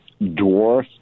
dwarf